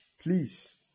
please